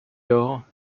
lors